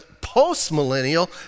post-millennial